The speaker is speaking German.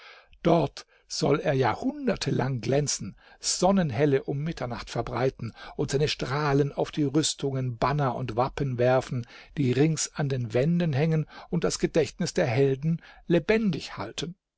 dort soll er jahrhunderte lang glänzen sonnenhelle um mitternacht verbreiten und seine strahlen auf die rüstungen banner und wappen werfen die rings an den wänden hängen und das gedächtnis der helden lebendig halten